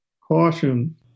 caution